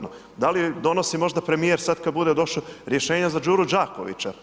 Da li donosi možda premijer sada kada bude došao rješenje za Đuru Đakovića?